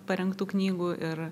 parengtų knygų ir